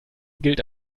gilt